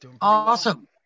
Awesome